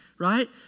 right